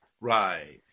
Right